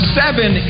seven